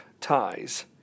ties